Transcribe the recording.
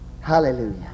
hallelujah